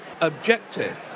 objective